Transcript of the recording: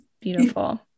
beautiful